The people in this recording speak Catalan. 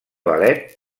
ballet